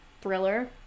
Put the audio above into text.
thriller